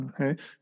Okay